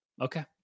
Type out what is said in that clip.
Okay